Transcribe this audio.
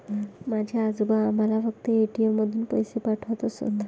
माझे आजोबा आम्हाला फक्त ए.टी.एम मधून पैसे पाठवत असत